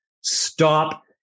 Stop